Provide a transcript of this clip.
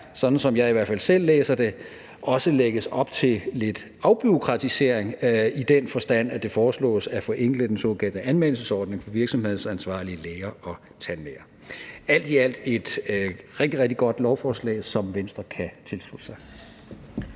sådan som jeg i hvert fald selv læser det – også lægges op til lidt afbureaukratisering i den forstand, at det foreslås at forenkle den såkaldte anmeldelsesordning for virksomhedsansvarlige læger og tandlæger. Alt i alt er det et rigtig, rigtig godt lovforslag, som Venstre kan tilslutte sig.